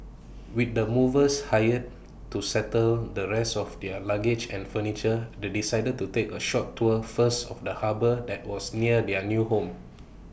with the movers hired to settle the rest of their luggage and furniture they decided to take A short tour first of the harbour that was near their new home